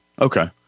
Okay